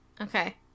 Okay